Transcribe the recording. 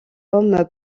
homme